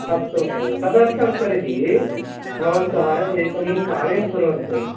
अस्तु महोदय तदर्थं तर्हि भवन्तः एकं कार्यं कुर्वन्तु